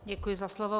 Děkuji za slovo.